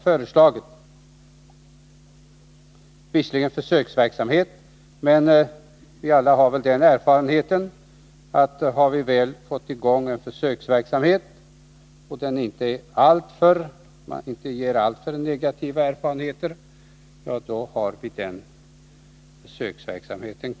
Visserligen är det fråga om en försöksverksamhet, men alla har vi säkert den erfarenheten, att har vi väl fått i gång en försöksverksamhet och denna inte visar sig vara alltför negativ, får den bli permanent.